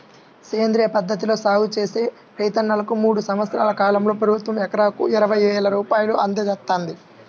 సేంద్రియ పద్ధతిలో సాగు చేసే రైతన్నలకు మూడు సంవత్సరాల కాలంలో ప్రభుత్వం ఎకరాకు ఇరవై వేల రూపాయలు అందజేత్తంది